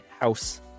house